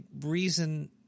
reason